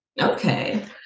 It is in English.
Okay